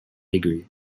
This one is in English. degree